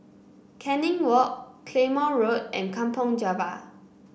Canning Walk Claymore Road and Kampong Java